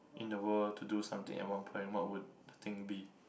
in the world to do something at on point what would the thing be